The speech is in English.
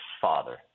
father